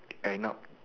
and not